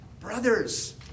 Brothers